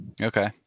Okay